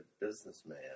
businessman